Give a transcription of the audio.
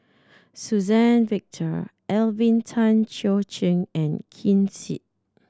Suzann Victor Alvin Tan Cheong Kheng and Ken Seet